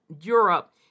Europe